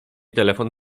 telefon